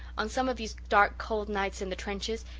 on some of these dark cold nights in the trenches,